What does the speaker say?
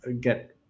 get